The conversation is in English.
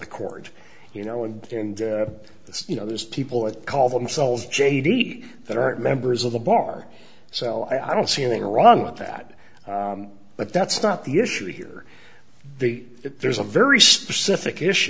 the court you know and you know there's people that call themselves j d that are members of the bar so i don't see anything wrong with that but that's not the issue here the there's a very specific issue